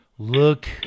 Look